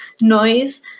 noise